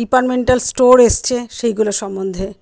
departmental store এসছে সেগুলো সম্বন্ধে